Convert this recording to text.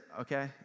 okay